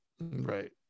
Right